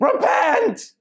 repent